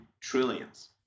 trillions